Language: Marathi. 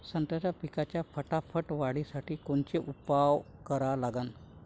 संत्रा पिकाच्या फटाफट वाढीसाठी कोनचे उपाव करा लागन?